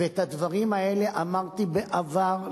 ואת הדברים האלה אמרתי בעבר,